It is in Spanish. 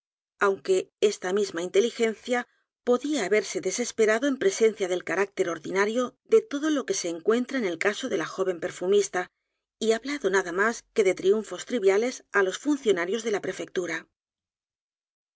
aunque esta misma inteligencia podía haberse desesperado en presencia del carácter ordinario de todo lo que se encuentra en el caso de la joven perfumista y hablado nada más que de triunfos triviales á los funcionarios de la prefectura